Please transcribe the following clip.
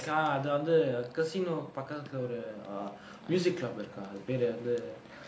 அது வந்து:athu vanthu casino பக்கத்துல ஒரு:pakkathula oru music club இருக்கா அது பேரு வந்து:irukkaa athu peru vanthu